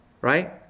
right